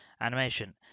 animation